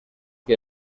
que